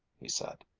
he said.